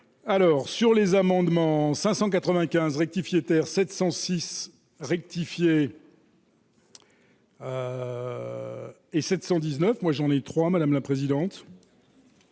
alors sur les amendements 595 rectifié Terre 706 rectifié. Et 719 moi j'en ai 3, madame la présidente.